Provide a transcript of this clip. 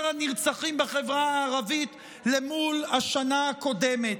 הנרצחים בחברה הערבית למול השנה הקודמת.